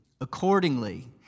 accordingly